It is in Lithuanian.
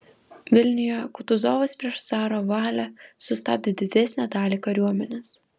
vilniuje kutuzovas prieš caro valią sustabdė didesnę dalį kariuomenės